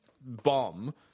bomb